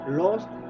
lost